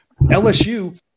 LSU